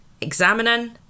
examining